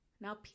Now